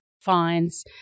fines